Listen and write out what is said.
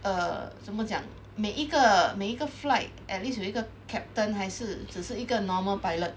err 怎么讲每一个每一个 flight at least 有一个 captain 还是只是一个 normal pilot